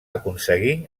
aconseguir